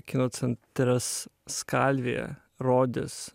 kino centras skalvija rodys